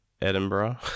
Edinburgh